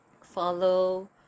Follow